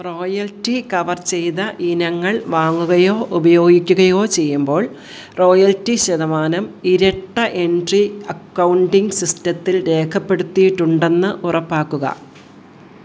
royalty cover ചെയ്ത ഇനങ്ങൾ വാങ്ങുകയോ ഉപയോഗിക്കുകയോ ചെയ്യുമ്പോൾ റോയൽറ്റി ശതമാനം ഇരട്ട എൻട്രി അക്കൗണ്ടിംഗ് സിസ്റ്റത്തിൽ രേഖപ്പെടുത്തിയിട്ടുണ്ടെന്ന് ഉറപ്പാക്കുക